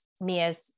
Mia's